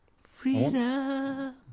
Freedom